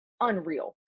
unreal